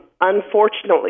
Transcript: unfortunately